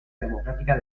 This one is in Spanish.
democrática